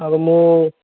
ଆଉ ମୁଁ